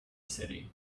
city